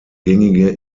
gängige